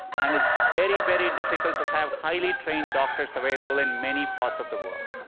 and it's very, very difficult to have highly trained doctors available in many parts of the world.